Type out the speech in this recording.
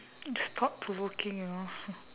it's thought provoking you know